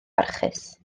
barhaus